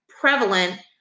prevalent